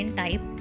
type